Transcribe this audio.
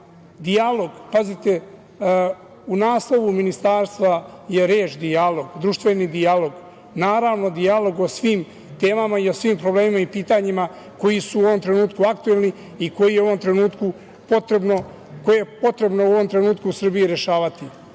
dijalog, pazite, u naslovu ministarstva je reč – dijalog, društveni dijalog, naravno, dijalog o svim temama i o svim problemima i pitanjima koji su u ovom trenutku aktuelni i koje je u ovom trenutku potrebno u Srbiji rešavati.